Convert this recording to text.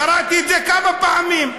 קראתי את זה כמה פעמים.